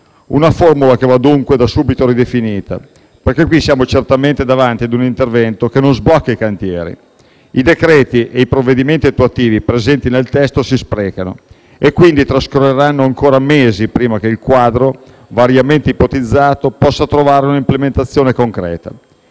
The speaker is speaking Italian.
la quale va dunque da subito ridefinita, perché qui siamo certamente davanti ad un intervento che non sblocca i cantieri. I decreti e i provvedimenti attuativi presenti nel testo si sprecano e quindi trascorreranno ancora mesi prima che il quadro, variamente ipotizzato, possa trovare un'implementazione concreta.